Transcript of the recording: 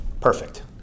Perfect